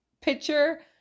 picture